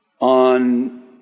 on